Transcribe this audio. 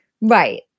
Right